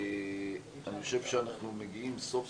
אני חושב שאנחנו מגיעים סוף,